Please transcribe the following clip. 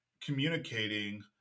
communicating